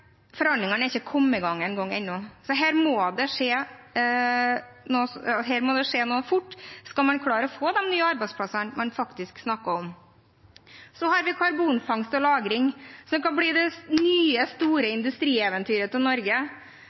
forhandlingene har ikke engang kommet i gang ennå, så her må det skje noe fort hvis man skal klare å få de nye arbeidsplassene man faktisk snakker om. Så har vi karbonfangst og -lagring, som kan bli det nye, store industrieventyret til Norge,